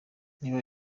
niba